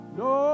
no